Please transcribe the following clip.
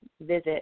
visit